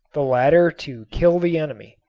the latter to kill the enemy.